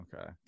okay